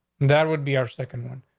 that would be our second one.